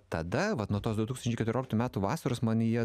tada vat nuo tos du tūkstančiai keturioliktų metų vasaros manyje